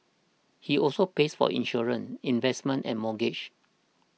he also pays for insurance investments and mortgage